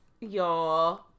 Y'all